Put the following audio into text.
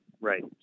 Right